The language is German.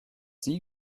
sie